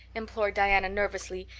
implored diana nervously.